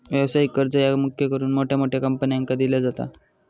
व्यवसायिक कर्ज ह्या मुख्य करून मोठ्या मोठ्या कंपन्यांका दिला जाता